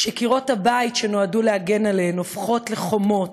שקירות הבית שנועדו להגן עליהן הופכים לחומות,